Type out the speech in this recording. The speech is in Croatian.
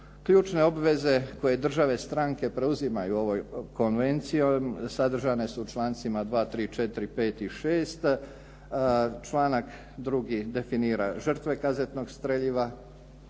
Ključne obveze koje države stranke preuzimaju u ovoj Konvenciji sadržane su u člancima 2., 3., 4., 5. i 6. Članak 2. definira žrtve kazetnog streljiva